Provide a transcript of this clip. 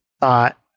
thought